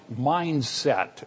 mindset